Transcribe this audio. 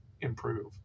improve